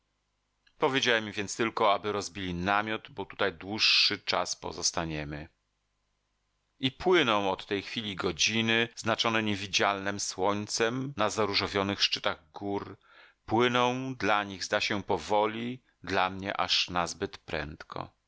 powiedziałem im więc tylko aby rozbili namiot bo tutaj dłuższy czas pozostaniemy i płyną od tej chwili godziny znaczone niewidzialnem słońcem na zaróżowionych szczytach gór płyną dla nich zda się powoli dla mnie aż nazbyt prędko